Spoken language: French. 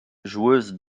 joueuse